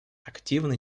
активный